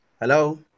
hello